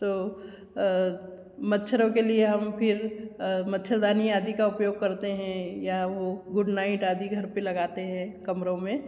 तो मच्छरों के लिए हम फिर मच्छरदानी आदि का उपयोग करते हैं या वो गुडनाइट आदि घर पर लगाते हैं कमरों में